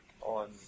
on